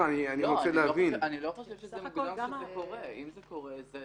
אני לא חושב שזה מוגזם אם זה קורה.